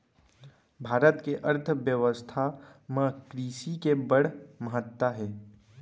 भारत के अर्थबेवस्था म कृसि के बड़ महत्ता हे